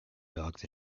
dogs